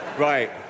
Right